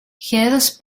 heads